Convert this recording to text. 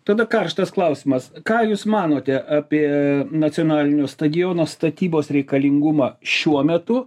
tada karštas klausimas ką jūs manote apie nacionalinio stadiono statybos reikalingumą šiuo metu